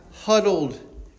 Huddled